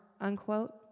unquote